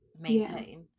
maintain